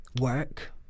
work